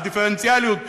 הדיפרנציאליות,